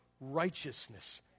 righteousness